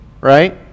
right